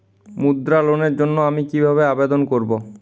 মুদ্রা লোনের জন্য আমি কিভাবে আবেদন করবো?